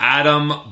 adam